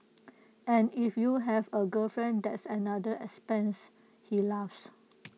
and if you have A girlfriend that's another expense he laughs